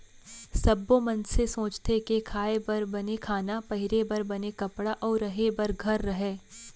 सब्बो मनसे सोचथें के खाए बर बने खाना, पहिरे बर बने कपड़ा अउ रहें बर घर रहय